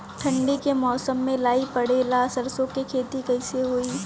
ठंडी के मौसम में लाई पड़े ला सरसो के खेती कइसे होई?